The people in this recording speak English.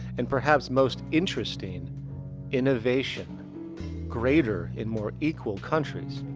and perhaps most interesting innovation greater in more equal countries.